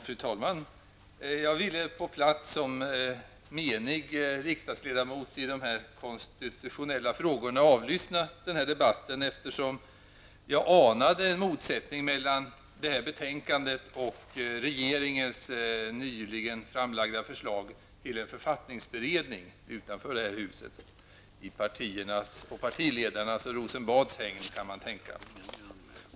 Fru talman! Jag ville på plats, som menig riksdagsledamot i de konstitutionella frågorna, avlyssna den här debatten, eftersom jag anade en motsättning mellan betänkandet och regeringens nyligen framlagda förslag till en författningsberedning utanför det här huset -- i partiets och partiledarnas Rosenbads hägn, kan man tänka.